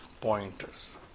pointers